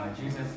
Jesus